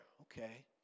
Okay